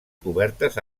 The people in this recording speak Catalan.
cobertes